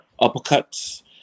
uppercuts